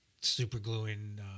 super-gluing